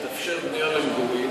תתאפשר בנייה למגורים.